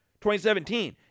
2017